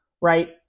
right